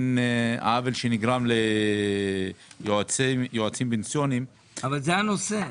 עוול שנגרם ליועצים פנסיוניים --- אבל זה הנושא.